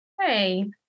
hey